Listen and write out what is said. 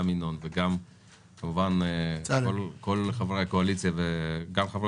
גם ינון וגם כמובן כל חברי הקואליציה וגם חברי